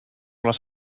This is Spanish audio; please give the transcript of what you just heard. las